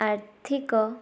ଆର୍ଥିକ